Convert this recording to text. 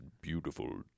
beautiful